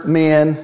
men